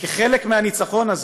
וכחלק מהניצחון הזה,